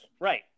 Right